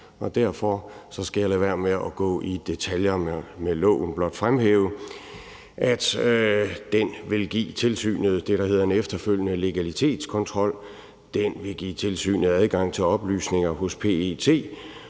derfor skal jeg lade være med at gå i detaljer med lovforslaget, men blot fremhæve, at det vil give tilsynet det, der hedder en efterfølgende legalitetskontrol, det vil give tilsynet adgang til oplysninger hos PET,